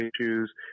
issues